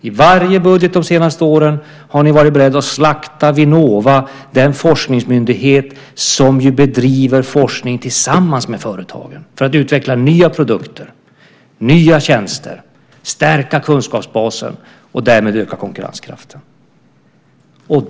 I varje budget de senaste åren har ni varit beredda att slakta Vinnova, den forskningsmyndighet som bedriver forskning tillsammans med företagen, för att utveckla nya produkter, nya tjänster, stärka kunskapsbasen och därmed öka konkurrenskraften.